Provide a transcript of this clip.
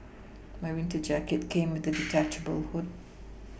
my winter jacket came with a detachable hood